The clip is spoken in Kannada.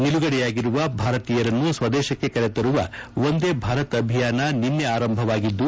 ನಿಲುಗಡೆಯಾಗಿರುವ ಭಾರತೀಯರನ್ನು ಸ್ವದೇಶಕ್ಕೆ ಕರೆತರುವ ವಂದೇ ಭಾರತ್ ಅಭಿಯಾನ ನಿನ್ನೆ ಆರಂಭವಾಗಿದ್ದು